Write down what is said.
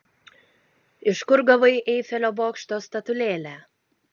iš kur gavai eifelio bokšto statulėlę